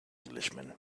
englishman